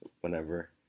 whenever